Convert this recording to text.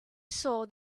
saw